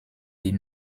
die